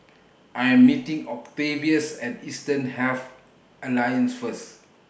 I Am meeting Octavius At Eastern Health Alliance First